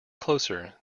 closer